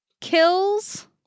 kills